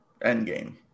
endgame